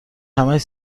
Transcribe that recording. همش